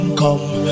come